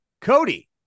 Cody